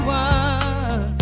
one